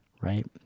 right